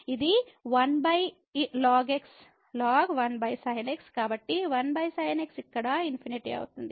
ఇది 1ln xln కాబట్టి 1sin x ఇక్కడ ∞ అవుతుంది